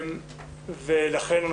ולכן,